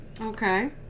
Okay